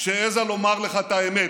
שהעזה לומר לך את האמת,